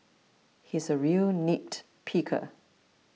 he is a real nitpicker